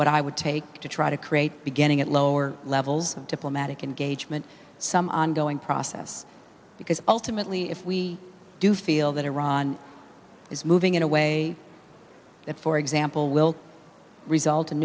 what i would take to try to create beginning at lower levels of diplomatic engagement some ongoing process because ultimately if we do feel that iran is moving in a way that for example will result in